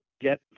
get